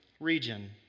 Region